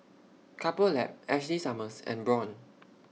Couple Lab Ashley Summers and Braun